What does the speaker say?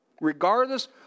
Regardless